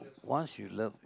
once you love